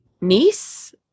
niece